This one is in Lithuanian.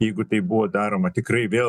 jeigu tai buvo daroma tikrai vėl